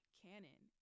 canon